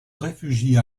réfugie